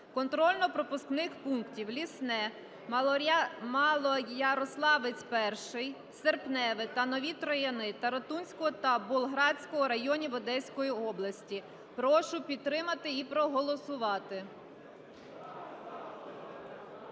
контрольно-пропускних пунктів "Лісне", "Малоярославець Перший", "Серпневе" та "Нові Трояни" Тарутинського та Болградського районів Одеської області. Прошу підтримати і проголосувати.